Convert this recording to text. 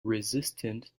resistant